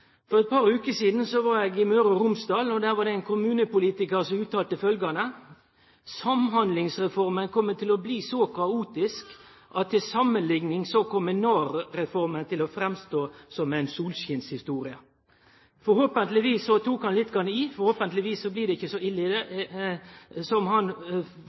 For eit par veker sidan var eg i Møre og Romsdal. Der var det ein kommunepolitikar som uttalte følgjande: Samhandlingsreforma kjem til å bli så kaotisk at til samanlikning kjem Nav-reforma til å framstå som ei solskinshistorie. Vonleg tok han lite grann i, vonleg blir det ikkje så ille som han